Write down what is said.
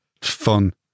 fun